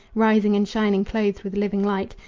rising and shining clothed with living light,